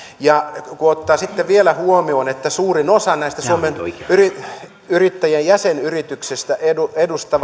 ja kun ottaa sitten vielä huomioon että suurin osa näistä suomen yrittäjien jäsenyrityksistä edustaa